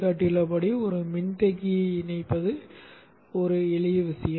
காட்டப்பட்டுள்ளபடி ஒரு மின்தேக்கியை இணைப்பது ஒரு எளிய விஷயம்